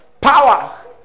Power